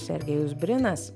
sergejus brinas